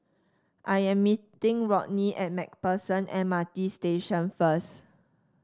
I am meeting Rodney at MacPherson M R T Station first